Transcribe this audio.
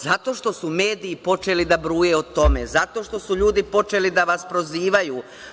Zato što su mediji počeli da bruje o tome, zato što su ljudi počelu da vas prozivaju.